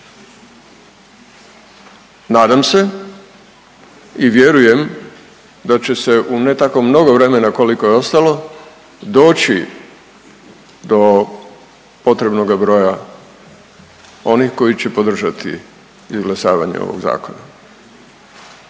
nadam se i vjerujem da će se u ne tako mnogo vremena koliko je ostalo doći do potrebnoga broja onih koji će podržati izglasavanje ovog Zakona.